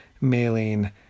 mailing